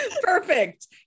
Perfect